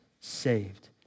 saved